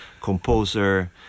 composer